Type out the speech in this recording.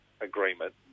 agreement